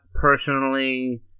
personally